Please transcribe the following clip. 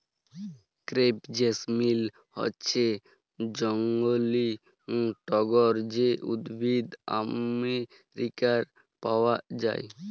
crepe jasmine হচ্যে জংলী টগর যে উদ্ভিদ আমেরিকায় পাওয়া যায়